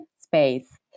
space